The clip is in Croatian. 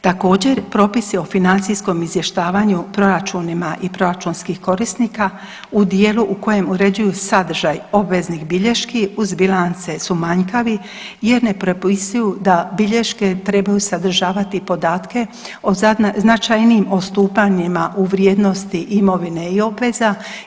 Također propisi o financijskom izvještavanju proračunima i proračunskih korisnika u dijelu u kojem uređuju sadržaj obveznih bilješki uz bilance su manjkavi jer ne propisuju da bilješke trebaju sadržavati podatke o značajnijim odstupanjima u vrijednosti imovine i obveza.